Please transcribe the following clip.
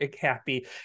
happy